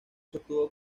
sostuvo